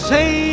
Say